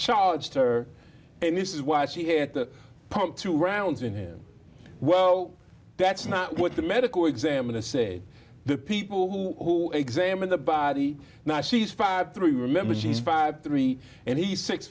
charged her and this is why she here at the pump two rounds in him well that's not what the medical examiner said the people who examined the body now she's fifty three remember she's fifty three and he's six